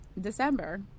December